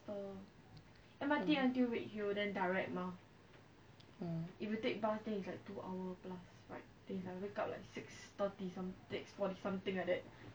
mm